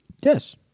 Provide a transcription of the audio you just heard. Yes